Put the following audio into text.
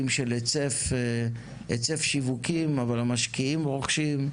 של הצף שיווקים אבל המשקיעים רוכשים,